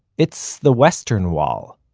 it's the western wall,